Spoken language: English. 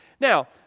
Now